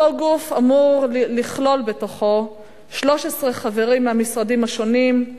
אותו גוף אמור לכלול 13 חברים מהמשרדים השונים,